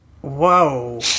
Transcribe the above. Whoa